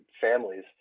families